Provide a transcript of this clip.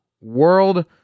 world